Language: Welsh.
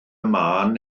maen